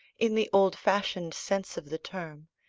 in the old-fashioned sense of the term,